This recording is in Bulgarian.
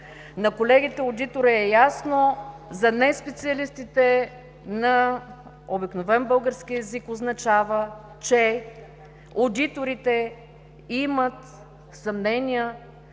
На колегите одитори е ясно, за неспециалистите на обикновен български език означава, че одиторите имат съмнения,